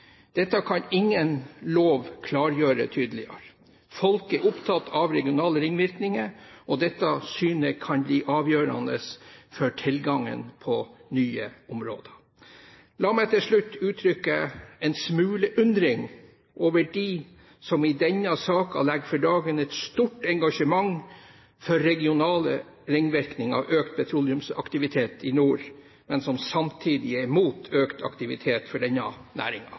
Dette kan ingen lov klargjøre tydeligere. Folk er opptatt av regionale ringvirkninger, og dette synet kan bli avgjørende for tilgangen på nye områder. La meg til slutt uttrykke en smule undring over dem som i denne saken legger for dagen et stort engasjement for regionale ringvirkninger av økt petroleumsaktivitet i nord, men som samtidig er mot økt aktivitet for denne